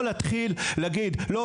ולא להתחיל להגיד: לא,